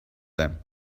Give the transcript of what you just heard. them